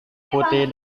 putih